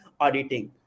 auditing